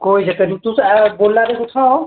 कोई चक्कर निं तुस ऐ बोल्ला दे कु'त्थुआं ओ